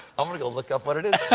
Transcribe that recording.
i'm going to go look up what it is